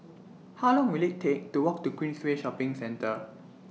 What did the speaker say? How Long Will IT Take to Walk to Queensway Shopping Centre